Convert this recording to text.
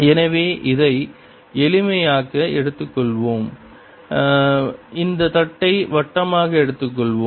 எனவே இதை எளிமைக்காக எடுத்துக்கொள்வோம் இந்த தட்டை வட்டமாக எடுத்துக்கொள்வோம்